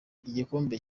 igikombe